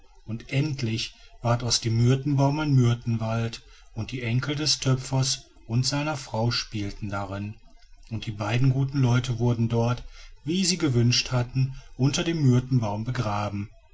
und endlich ward aus dem myrtenbaum ein myrtenwald und die enkel des töpfers und seiner frau spielten darin und die beiden guten leute wurden dort wie sie gewünscht hatten unter dem myrtenbaum begraben